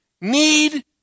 need